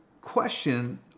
question